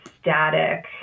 static